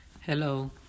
hello